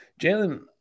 Jalen